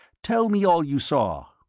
tell me all you saw.